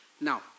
Now